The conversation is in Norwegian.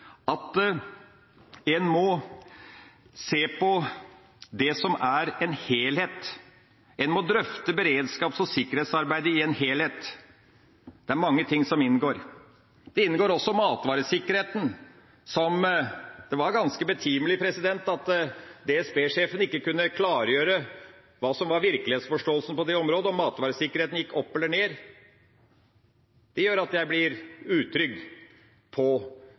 at en må se på dette som en helhet; en må drøfte beredskaps- og sikkerhetsarbeidet i en helhet. Det er mange ting som inngår. Også matvaresikkerheten inngår, og det var ganske betenkelig at DSB-sjefen ikke kunne klargjøre hva som var virkelighetsforståelsen på det området – om matvaresikkerheten gikk opp eller ned. Det gjør at jeg blir utrygg på